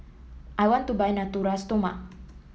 I want to buy Natura Stoma